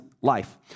life